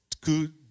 good